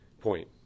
point